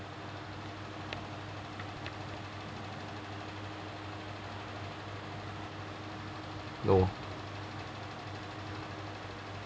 no